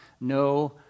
no